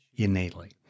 innately